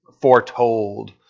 foretold